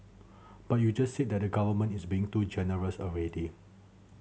but you just said that the government is being too generous already